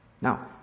Now